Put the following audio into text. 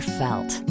felt